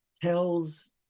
tells